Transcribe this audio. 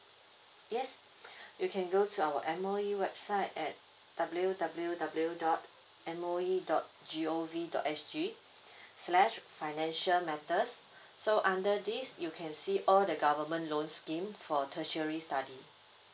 yes you can go to our M_O_E website at W_W_W dot M_O_E dot G_O_V dot S_G slash financial matters so under this you can see all the government loans scheme for tertiary study